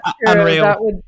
unreal